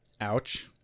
ouch